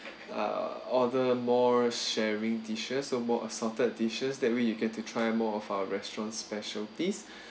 uh order more sharing dishes so more assorted dishes that way you get to try more of our restaurant specialities